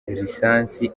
lisansi